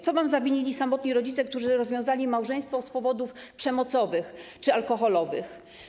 Co wam zawinili samotni rodzice, którzy rozwiązali małżeństwo z powodów przemocowych czy alkoholowych?